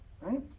Right